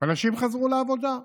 ואנשים חזרו לעבודה.